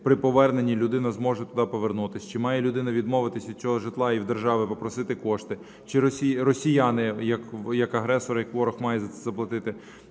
при поверненні людина зможе туди повернутися, чи має людина відмовитися від цього житла і у держави попросити кошти, чи росіяни як агресор, як ворог мають це заплатити.